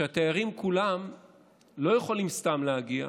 שהתיירים כולם לא יכולים סתם להגיע,